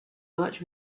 much